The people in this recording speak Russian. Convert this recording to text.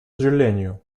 сожалению